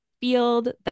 field